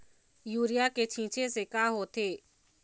Urea के छींचे से का होथे?